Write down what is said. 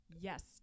Yes